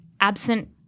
absent